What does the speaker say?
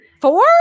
four